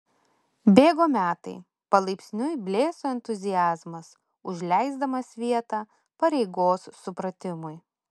bėgo metai palaipsniui blėso entuziazmas užleisdamas vietą pareigos supratimui